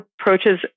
approaches